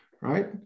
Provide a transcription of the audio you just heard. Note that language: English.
right